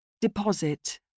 Deposit